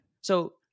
So-